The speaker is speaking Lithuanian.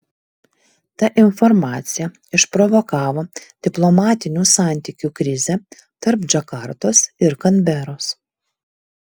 ta informacija išprovokavo diplomatinių santykių krizę tarp džakartos ir kanberos